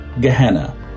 Gehenna